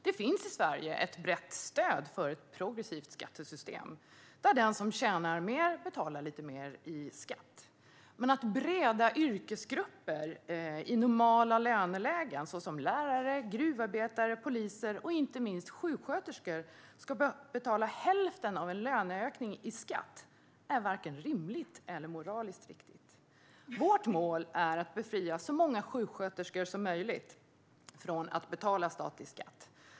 Det finns ett brett stöd i Sverige för ett progressivt skattesystem, där den som tjänar mer betalar lite mer i skatt. Men att breda yrkesgrupper i normala lönelägen, såsom lärare, gruvarbetare, poliser och inte minst sjuksköterskor, ska betala hälften av en löneökning i skatt är varken rimligt eller moraliskt riktigt. Vårt mål är att befria så många sjuksköterskor som möjligt från att betala statlig skatt.